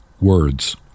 Words